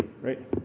right